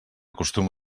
costum